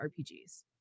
RPGs